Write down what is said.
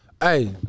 hey